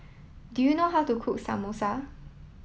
do you know how to cook Samosa